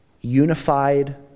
unified